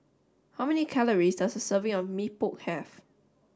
how many calories does a serving of Mee Pok have